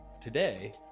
Today